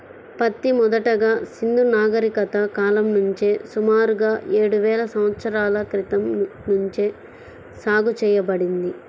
పత్తి మొదటగా సింధూ నాగరికత కాలం నుంచే సుమారుగా ఏడువేల సంవత్సరాల క్రితం నుంచే సాగు చేయబడింది